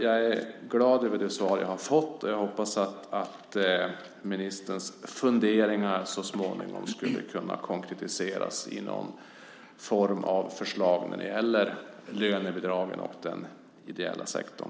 Jag är glad över det svar jag har fått och hoppas att ministerns funderingar så småningom kan konkretiseras i någon form av förslag om lönebidragen och den ideella sektorn.